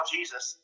Jesus